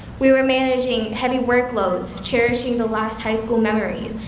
we were managing heavy workloads, cherishing the last high school memories,